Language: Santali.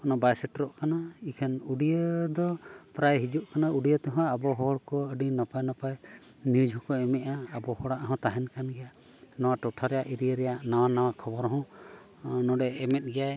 ᱚᱱᱟ ᱵᱟᱭ ᱥᱮᱴᱮᱨᱚᱜ ᱠᱟᱱᱟ ᱤᱠᱷᱟᱹᱱ ᱩᱰᱤᱭᱟᱹ ᱫᱚ ᱯᱨᱟᱭ ᱦᱤᱡᱩᱜ ᱠᱟᱱᱟ ᱩᱰᱤᱭᱟᱹ ᱛᱮᱦᱚᱸ ᱟᱵᱚ ᱦᱚᱲ ᱠᱚ ᱟᱹᱰᱤ ᱱᱟᱯᱟᱭ ᱱᱟᱯᱟᱭ ᱱᱤᱣᱩᱡᱽ ᱦᱚᱸᱠᱚ ᱮᱢᱮᱜᱼᱟ ᱟᱵᱚ ᱦᱚᱲᱟᱜ ᱦᱚᱸ ᱛᱟᱦᱮᱱ ᱠᱟᱱ ᱜᱮᱭᱟ ᱱᱚᱣᱟ ᱴᱚᱴᱷᱟ ᱨᱮᱭᱟᱜ ᱮᱨᱤᱭᱟ ᱨᱮᱭᱟᱜ ᱱᱟᱣᱟ ᱱᱟᱣᱟ ᱠᱷᱚᱵᱚᱨ ᱦᱚᱸ ᱱᱚᱰᱮ ᱮᱢᱮᱫ ᱜᱮᱭᱟᱭ